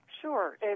Sure